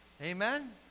Amen